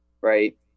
right